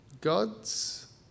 Gods